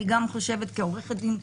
אני גם חושבת כעורכת דין,